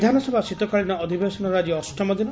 ବିଧାନସଭା ଶୀତକାଳୀନ ଅଧିବେଶନର ଆଜି ଅଷ୍ଟମ ଦିନ